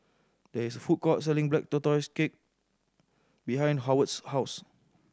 there is a food court selling Black Tortoise Cake behind Howard's house